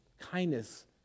kindness